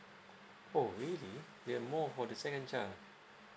oh really we get more for the second child